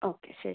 okay ശരി